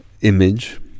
image